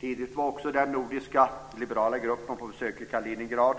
Tidigt var också den nordiska liberala gruppen på besök i Kaliningrad.